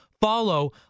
follow